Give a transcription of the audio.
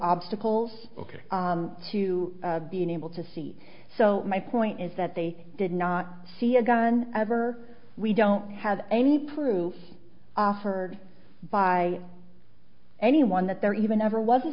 obstacles to being able to see so my point is that they did not see a gun ever we don't have any proof offered by anyone that there even ever was